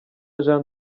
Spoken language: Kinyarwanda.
jean